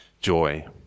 joy